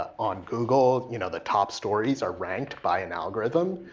on google, you know the top stories are ranked by and algorithm.